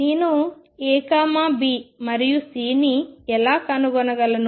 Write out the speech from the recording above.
నేను A B మరియు Cని ఎలా కనుగొనగలను